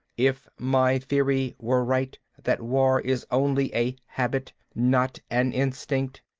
if my theory were right that war is only a habit, not an instinct,